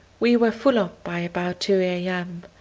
we were full up by about two a m,